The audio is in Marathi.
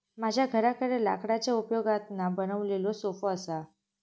माझ्या घराकडे लाकडाच्या उपयोगातना बनवलेलो सोफो असा